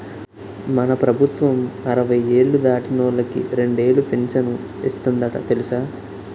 మన ప్రభుత్వం అరవై ఏళ్ళు దాటినోళ్ళకి రెండేలు పింఛను ఇస్తందట తెలుసా